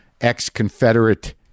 ex-Confederate